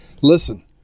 Listen